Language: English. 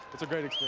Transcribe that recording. it's a great